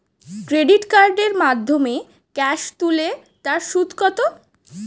Credit কার্ডের মাধ্যমে cash তুলে তার সুদ কত?